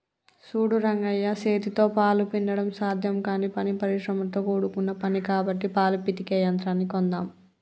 సూడు రంగయ్య సేతితో పాలు పిండడం సాధ్యం కానీ పని శ్రమతో కూడుకున్న పని కాబట్టి పాలు పితికే యంత్రాన్ని కొందామ్